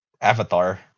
avatar